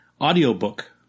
audiobook